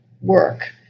work